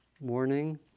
morning